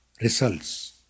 results